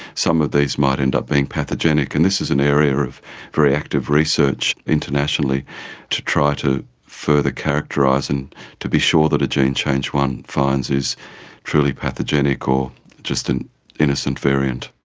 some of these might end up being pathogenic, and this is an area of very active research internationally to try to further characterise and to be sure that a gene change one finds is truly pathogenic or just an innocent variant.